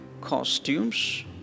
costumes